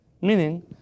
Meaning